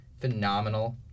phenomenal